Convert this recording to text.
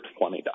$20